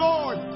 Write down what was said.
Lord